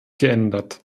geändert